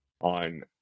on